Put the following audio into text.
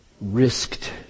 risked